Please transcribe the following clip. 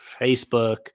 Facebook